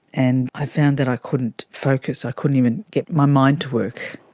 and i found that i couldn't focus, i couldn't even get my mind to work,